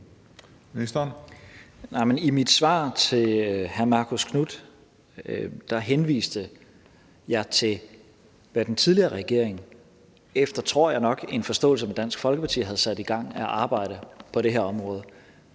i mit svar til hr. Marcus Knuth henviste jeg til, hvad den tidligere regering efter – tror jeg nok – en forståelse med Dansk Folkeparti havde sat i gang af arbejde på det her område.